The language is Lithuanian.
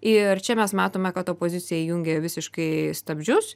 ir čia mes matome kad opozicija įjungė visiškai stabdžius